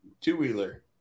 two-wheeler